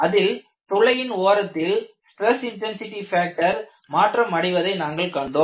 அதில் துளையின் ஓரத்தில் ஸ்டிரஸ் இன்டன்சிடி ஃபேக்டர் மாற்றம் அடைவதே நாங்கள் கண்டோம்